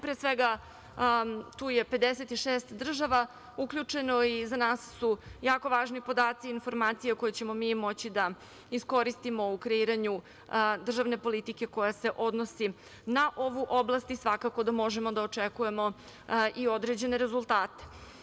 Pre svega, tu je 56 država uključeno i za nas su jako važni podaci i informacije koje ćemo moći da iskoristimo u kreiranju državne politike koja se odnosi na ovu oblast i svakako da možemo da očekujemo i određene rezultate.